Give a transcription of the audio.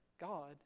God